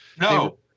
No